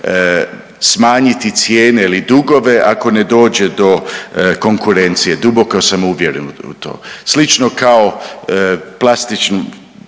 smanjiti cijene ili dugove ako ne dođe do konkurencije, duboko sam uvjeren u to. Slično kao, plastično,